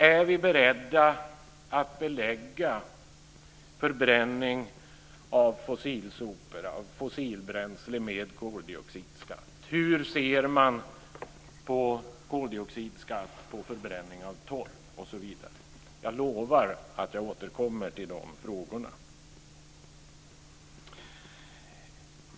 Är vi beredda att belägga förbränning av fossilbränsle med koldioxidskatt? Hur ser man på koldioxidskatt vid förbränning av torv? Jag lovar att jag återkommer till de frågorna.